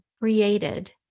created